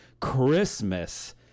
Christmas